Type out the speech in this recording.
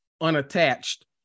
unattached